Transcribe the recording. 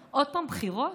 בבחירות,